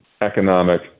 economic